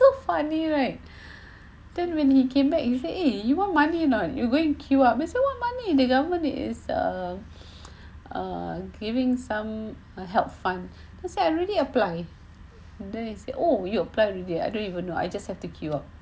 so funny right then when he came back if a you want money you know you go and queue up me someone money the government is err err giving some uh help fund because I really apply then is it oh you apply already I don't even know I just have to queue up